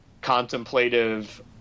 contemplative